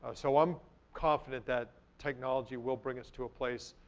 so i'm confident that technology will bring us to a place